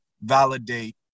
validate